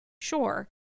Sure